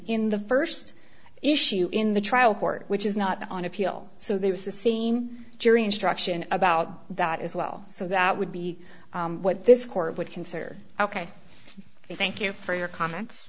in the st issue in the trial court which is not on appeal so there was a scene jury instruction about that as well so that would be what this court would consider ok thank you for your comments